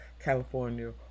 California